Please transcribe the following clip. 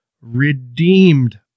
redeemed